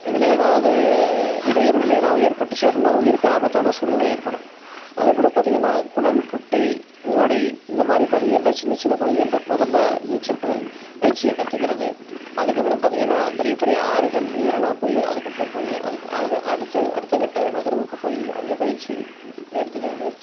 இதில் எதாவது இடையூறுகள் எதாவது ஏற்பட்டுச்சு அப்படின்னா உயிருக்கு ஆபத்தான சூழ்நிலை ஏற்படும் அதேப் போல பார்த்தீங்கன்னா குளம் குட்டை ஓடை இந்த மாதிரி பகுதிகளில் சின்ன சின்ன பகுதிகளில் முதல்ல நீச்சல் பயி பயிற்சியை கற்றுக்குறது அதற்கப்பறம் பார்த்தீங்கன்னா பெரிய பெரிய ஆறுகள் இதுலெல்லாம் போய் அதற்கப்றம் போய் அடுத்த அடுத்துக்கட்ட நகர்வுக்கு போய் அங்கே பயிற்சி எடுத்துக்கறது